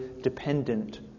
dependent